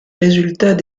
résultats